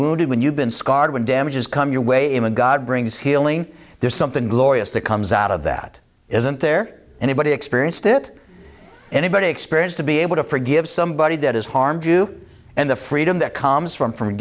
wounded when you've been scarred when damages come your way in a god brings healing there's something glorious that comes out of that isn't there anybody experienced it anybody experience to be able to forgive somebody that has harmed you and the freedom that comes from f